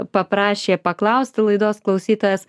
paprašė paklausti laidos klausytojas